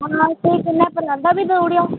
हां ते कन्नै परांदा बी देई ओड़ेओ